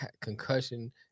concussion